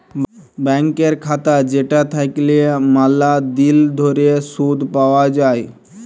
ব্যাংকের খাতা যেটা থাকল্যে ম্যালা দিল ধরে শুধ পাওয়া যায়